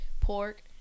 pork